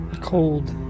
Cold